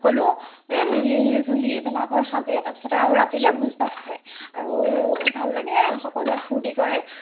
সকলোৱে মিলজুলি ভেলাঘৰ সাজে তাৰ পাছত আৰু ৰাতিলৈ ভোজ ভাত খায় আৰু ভাল লাগে সকলোৱে ফূৰ্তি কৰে